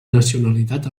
nacionalitat